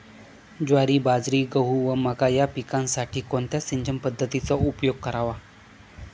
ज्वारी, बाजरी, गहू व मका या पिकांसाठी कोणत्या सिंचन पद्धतीचा उपयोग करावा?